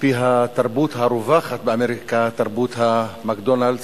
על-פי התרבות הרווחת באמריקה, תרבות ה"מקדונלד'ס",